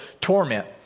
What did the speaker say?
torment